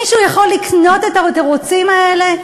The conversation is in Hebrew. מישהו יכול לקנות את התירוצים האלה?